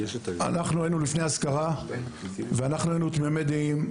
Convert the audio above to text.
היה לפני האזכרה והיינו תמימי דעים,